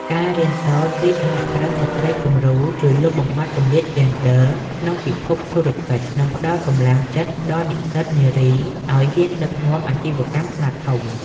ការរៀនសូត្រពី "សហគ្រិនស្ត្រីគំរូ" ជួយលុបបំបាត់គម្លាតយេនឌ័រក្នុងពិភពធុរកិច្ច និងផ្ដល់កម្លាំងចិត្តដល់និស្សិតនារីឱ្យហ៊ានដឹកនាំអាជីវកម្មខ្នាតធំ។